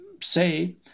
say